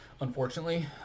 Unfortunately